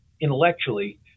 intellectually